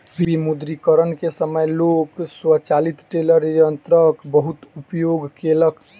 विमुद्रीकरण के समय लोक स्वचालित टेलर यंत्रक बहुत उपयोग केलक